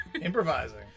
Improvising